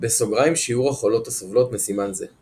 בסוגריים שיעור החולות הסובלות מסימן זה.